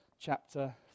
chapter